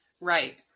Right